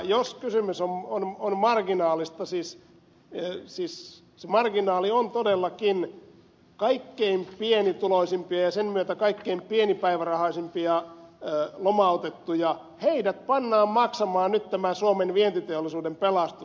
jos kysymys on marginaalista siis se marginaali on todellakin kaikkein pienituloisimpia ja sen myötä kaikkein pienipäivärahaisimpia lomautettuja heidät pannaan maksamaan nyt tämä suomen vientiteollisuuden pelastus